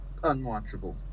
unwatchable